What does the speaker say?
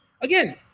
again